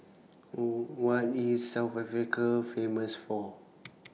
What IS South Africa Famous For